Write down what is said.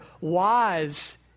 wise